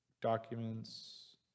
documents